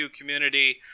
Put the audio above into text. community